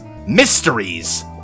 Mysteries